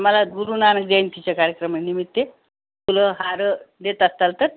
मला गुरुनानक जयंतीच्या कार्यक्रमानिमित्त फुलं हारं देत असाल तर